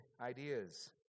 ideas